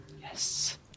Yes